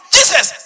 Jesus